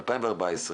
ב-2014,